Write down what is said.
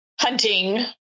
hunting